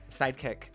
Sidekick